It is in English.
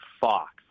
Fox